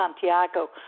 Santiago